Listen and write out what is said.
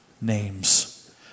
names